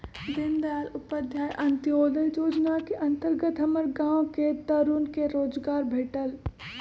दीनदयाल उपाध्याय अंत्योदय जोजना के अंतर्गत हमर गांव के तरुन के रोजगार भेटल